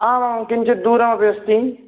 आमाम् किञ्चिद् दूरमपि अस्ति